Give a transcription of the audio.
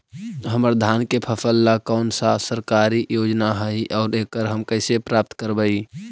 हमर धान के फ़सल ला कौन सा सरकारी योजना हई और एकरा हम कैसे प्राप्त करबई?